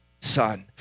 son